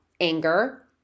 anger